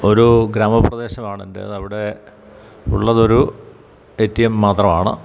ഒരൂ ഗ്രാമപ്രദേശമാണ് എൻറ്റേത് അവിടെ ഉള്ളതൊരു എ റ്റി എം മാത്രമാണ്